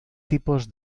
tipos